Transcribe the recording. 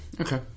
Okay